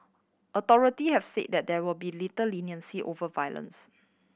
authority have said that there will be little leniency over violence